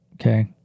Okay